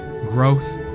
growth